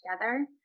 together